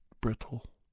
brittle